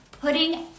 putting